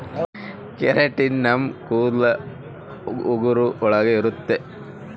keratin ನಮ್ ಕೂದಲು ಉಗುರು ಒಳಗ ಇರುತ್ತೆ